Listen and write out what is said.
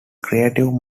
creative